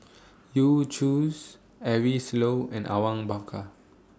Yu Zhuye Eric Low and Awang Bakar